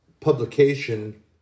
publication